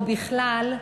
או בכלל,